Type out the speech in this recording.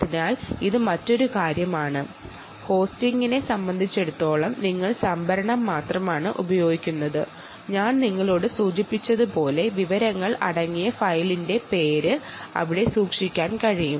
അതിനാൽ ഇത് മറ്റൊരു കാര്യമാണ് ഹോസ്റ്റിംഗിനെ സംബന്ധിച്ചിടത്തോളം നിങ്ങൾ സംഭരണം മാത്രമാണ് ഉപയോഗിക്കുന്നത് ഞാൻ നിങ്ങളോട് സൂചിപ്പിച്ചതുപോലെ വിവരങ്ങൾ അടങ്ങിയ ഫയലിന്റെ പേര് അവിടെ സൂക്ഷിക്കാൻ കഴിയും